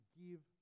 give